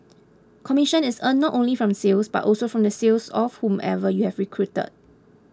commission is earned not only from sales but also from the sales of whomever you have recruited